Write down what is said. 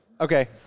Okay